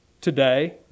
Today